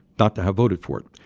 not to have voted for it.